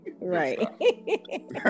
Right